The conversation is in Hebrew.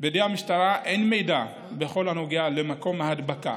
בידי המשטרה אין מידע בכל הנוגע למקום ההדבקה,